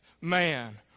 man